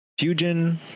Fujin